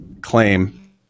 claim